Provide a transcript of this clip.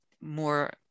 more